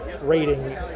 rating